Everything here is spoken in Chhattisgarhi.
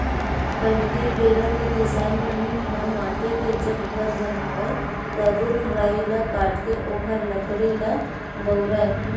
पहिली बेरा के किसान मन ह माटी के जब घर बनावय ता रूख राई ल काटके ओखर लकड़ी ल बउरय